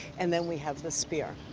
and then we have the spear.